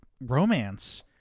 romance